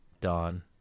Dawn